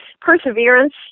perseverance